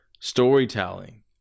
storytelling